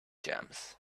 jams